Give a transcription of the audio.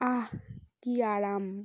আহ কি আরাম